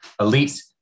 elite